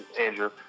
Andrew